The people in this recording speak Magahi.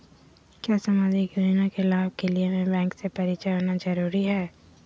क्या सामाजिक योजना के लाभ के लिए हमें बैंक से परिचय होना जरूरी है?